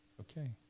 Okay